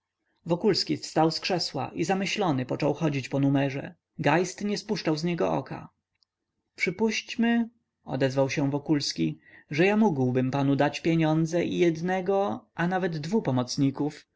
lat wokulski wstał z krzesła i zamyślony począł chodzić po numerze geist nie spuszczał z niego oka przypuśćmy odezwał się wokulski że ja mógłbym panu dać pieniądze i jednego a nawet dwu pomocników